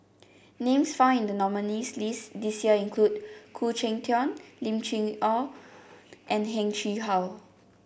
names found in the nominees' list this year include Khoo Cheng Tiong Lim Chee Onn and Heng Chee How